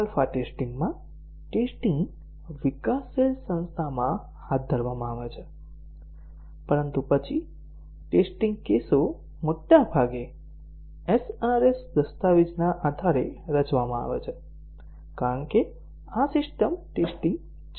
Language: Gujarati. આલ્ફા ટેસ્ટીંગ માં ટેસ્ટીંગ વિકાસશીલ સંસ્થામાં હાથ ધરવામાં આવે છે પરંતુ પછી ટેસ્ટીંગ કેસો મોટાભાગે SRS દસ્તાવેજના આધારે રચવામાં આવે છે કારણ કે આ સિસ્ટમ ટેસ્ટીંગ છે